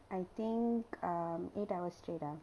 I think um eight hours straight ah